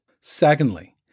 Secondly